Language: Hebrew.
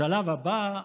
השלב הבא,